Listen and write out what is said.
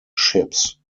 ships